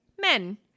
men